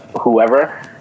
whoever